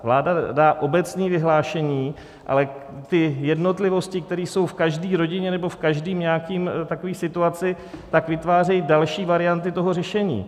Vláda dá obecné vyhlášení, ale ty jednotlivosti, které jsou v každé rodině nebo v každé nějaké takové situaci, vytvářejí další varianty toho řešení.